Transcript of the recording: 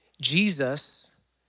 Jesus